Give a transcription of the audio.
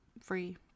free